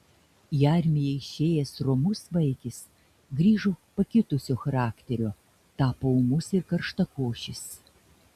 į armiją išėjęs romus vaikis grįžo pakitusio charakterio tapo ūmus ir karštakošis